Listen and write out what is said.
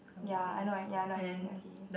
ya I know ya I know I mean okay